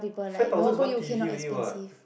five thousand is one T_V only what